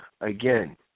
again